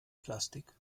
plastik